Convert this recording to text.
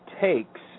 takes